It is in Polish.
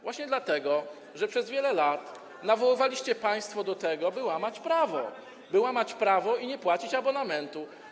Właśnie dlatego, że przez wiele lat nawoływaliście państwo do tego, by łamać prawo i nie płacić abonamentu.